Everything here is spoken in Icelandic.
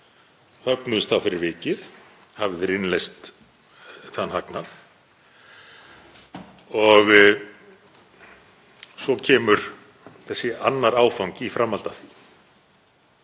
högnuðust fyrir vikið, hafi þeir innleyst þann hagnað. Svo kemur þessi annar áfangi í framhaldi af því